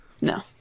No